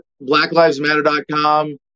BlackLivesMatter.com